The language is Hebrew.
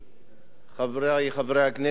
חברי חברי הכנסת,